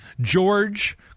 George